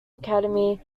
academy